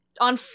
on